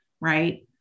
right